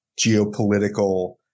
geopolitical